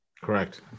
Correct